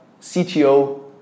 CTO